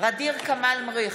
ע'דיר כמאל מריח,